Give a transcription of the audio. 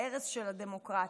להרס של הדמוקרטיה.